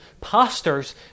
pastors